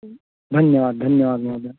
धन्यवादः धन्यवादः महोदय